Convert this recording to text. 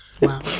Wow